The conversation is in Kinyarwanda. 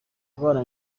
abana